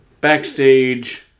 backstage